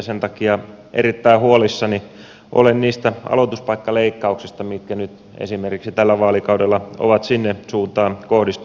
sen takia erittäin huolissani olen niistä aloituspaikkaleikkauksista mitkä nyt esimerkiksi tällä vaalikaudella ovat sinne suuntaan kohdistuneet